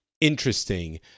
interesting